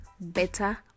better